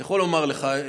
אני יכול לומר לך,